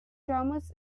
dramas